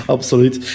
Absoluut